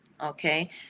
okay